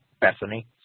Bethany